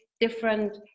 different